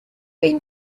been